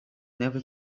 never